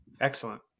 Excellent